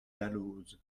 dalloz